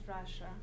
Russia